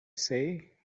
say